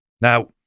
Now